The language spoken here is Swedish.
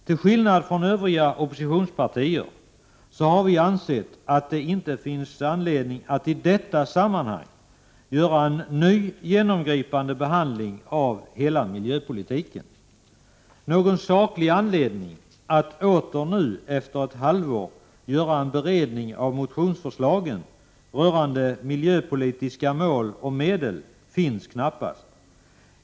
Till skillnad från övriga oppositionspartier har vi ansett att det inte finns anledning att i detta sammanhang göra en ny genomgripande behandling av hela miljöpolitiken. Någon saklig anledning att nu efter ett halvår åter göra en beredning av motionsförslagen rörande miljöpolitiska mål och medel finns knappast.